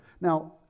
Now